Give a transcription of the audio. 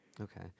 Okay